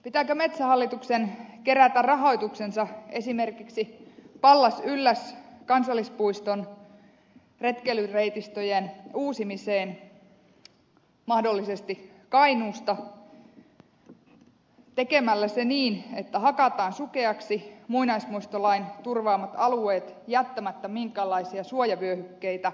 pitääkö metsähallituksen kerätä rahoituksensa esimerkiksi pallas ylläs kansallispuiston retkeilyreitistöjen uusimiseen mahdollisesti kainuusta tekemällä se niin että hakataan sukeaksi muinaismuistolain turvaamat alueet jättämättä minkäänlaisia suojavyöhykkeitä huom